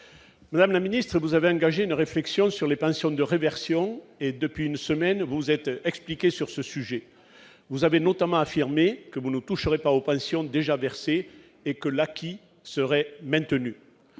Madame la ministre, vous avez engagé une réflexion sur les pensions de réversion, et, depuis une semaine, vous vous êtes expliquée sur ce sujet. Vous avez notamment affirmé que vous ne toucherez pas aux pensions déjà versées et que l'acquis serait maintenu.